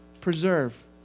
preserve